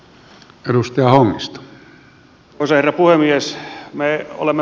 arvoisa herra puhemies